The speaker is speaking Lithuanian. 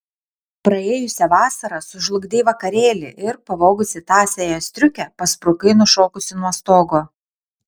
praėjusią vasarą sužlugdei vakarėlį ir pavogusi tąsiąją striukę pasprukai nušokusi nuo stogo